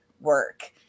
work